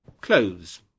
clothes